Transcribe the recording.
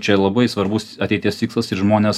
čia labai svarbus ateities tikslas ir žmonės